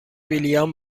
ویلیام